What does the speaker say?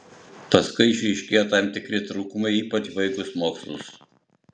paskui išryškėjo tam tikri trūkumai ypač baigus mokslus